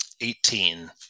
Eighteen